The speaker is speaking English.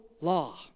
law